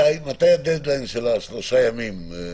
מתיי הדד-ליין של שלושת הימים?